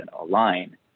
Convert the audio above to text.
align